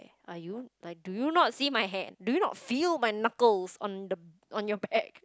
are you like do you not see my hand do you not feel my knuckles on the on your back